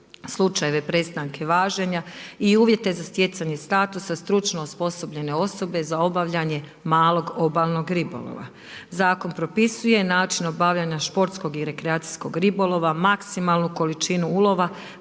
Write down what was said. slučajeve prestanke važenja i uvijete za stjecanje statusa stručno osposobljene osobe za obavljanje malog obalnog ribolova. Zakon propisuje način obavljanja športskog i rekreacijskog ribolova, maksimalnu količinu ulova